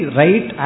right